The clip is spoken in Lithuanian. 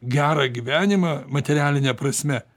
gerą gyvenimą materialine prasme